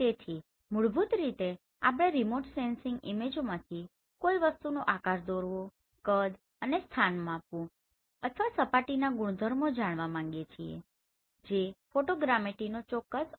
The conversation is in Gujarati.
તેથી મૂળભૂત રીતે આપણે રીમોટ સેન્સીંગ ઈમેજોમાંથી કોઈ વસ્તુનો આકાર દોરવો કદ અને સ્થાન માપવું અથવા સપાટીના ગુણધર્મો જાણવા માગીએ છીએ જે ફોટોગ્રામેટ્રીનો ચોક્કસ અર્થ થાય છે